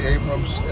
Abrams